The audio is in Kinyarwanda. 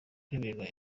kwemererwa